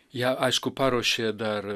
ją aišku paruošė dar